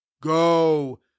go